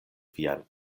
vian